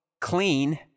clean